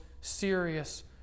serious